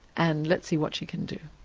and let's see what she can do.